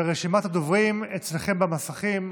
רשימת הדוברים אצלכם במסכים.